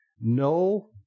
No